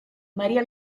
maria